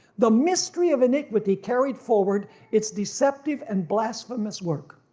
the mystery of iniquity carried forward its deceptive and blasphemous work.